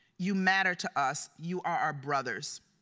you matter to us, you are our brothers.